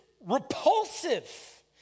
repulsive